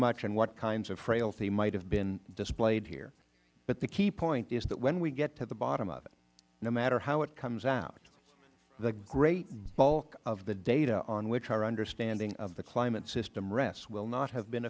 much and what kinds of frailty might have been displayed here but the key point is that when we get to the bottom of it no matter how it comes out the great bulk of the data on which our understanding of the climate system rests will not have been